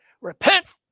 repent